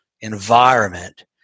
environment